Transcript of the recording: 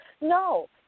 No